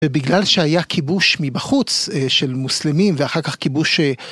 בגלל שהיה כיבוש מבחוץ של מוסלמים ואחר כך כיבוש.